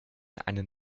einen